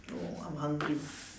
no I'm hungry